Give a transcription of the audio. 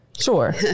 sure